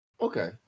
Okay